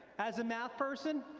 as a math person,